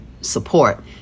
support